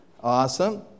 Awesome